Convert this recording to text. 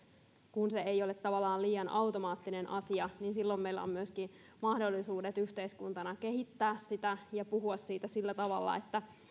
kun se ei ole tavallaan liian automaattinen asia niin silloin meillä on myöskin mahdollisuudet yhteiskuntana kehittää sitä ja puhua siitä sillä tavalla